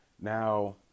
Now